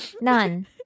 None